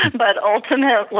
but ultimately